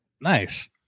Nice